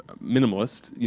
minimalist. yeah